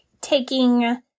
taking